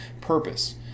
purpose